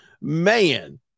Man